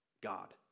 God